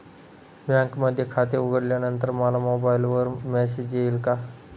बँकेमध्ये खाते उघडल्यानंतर मला मोबाईलवर मेसेज येईल का?